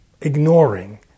ignoring